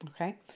Okay